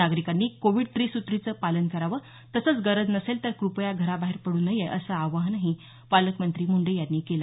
नागरिकांनी कोविड त्रिसूत्रीचं पालन करावं तसंच गरज नसेल तर कृपया घराबाहेर पडू नये असं आवाहन पालकमंत्री मुंढे यांनी केलं